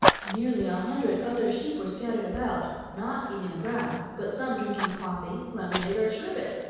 nearly a hundred other sheep were scattered about, not eating the grass, but some drinking coffee, lemonade, or sherbet,